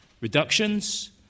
reductions